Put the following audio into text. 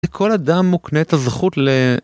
לכל אדם מוקנת הזכות ל...